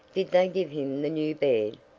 did they give him the new bed?